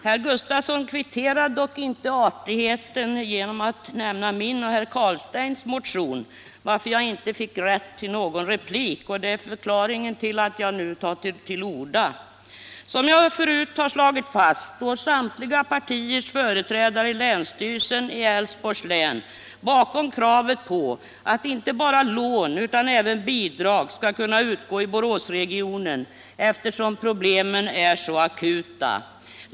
Herr Gustafsson kvitterade dock inte artigheten genom att nämna min och herr Carlsteins motion, varför jag inte fick rätt till replik. Det är förklaringen till att jag nu tar till orda. Som jag förut har slagit fast står samtliga partiers företrädare i länsstyrelsen i Älvsborgs län bakom kravet på att inte bara lån utan även bidrag skall kunna utgå i Boråsregionen, eftersom problemen där är akuta.